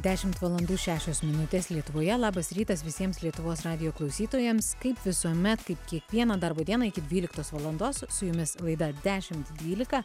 dešimt valandų šešios minutės lietuvoje labas rytas visiems lietuvos radijo klausytojams kaip visuomet kaip kiekvieną darbo dieną iki dvyliktos valandos su jumis laida dešimt dvylika